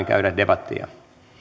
käydä debattia